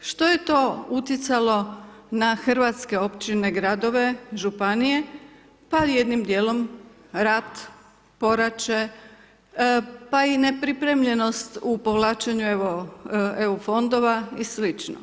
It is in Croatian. Što je to utjecalo na hrvatske, općine, gradove, županije, pa jednim dijelom rat, … pa i nepripremljenost u povlačenju EU fondova i sl.